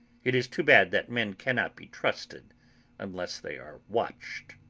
it is too bad that men cannot be trusted unless they are watched.